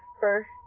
first